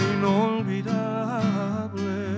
Inolvidable